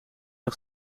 nog